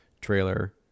trailer